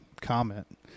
comment